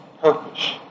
purpose